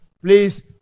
please